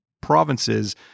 provinces